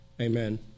Amen